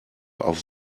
auf